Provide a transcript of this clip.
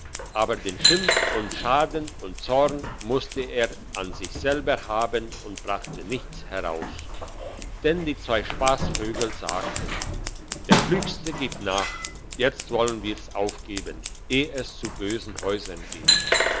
aber den schimpf und schaden und zorn musste er an sich selber haben und brachte nichts heraus denn die zwei spassvögel sagten der klügste gibt nach jetzt wollen wir's aufgeben eh es zu bösen häusern geht